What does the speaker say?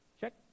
Check